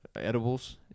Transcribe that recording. Edibles